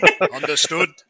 Understood